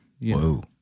Whoa